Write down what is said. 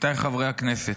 עמיתיי חברי הכנסת,